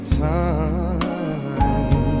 time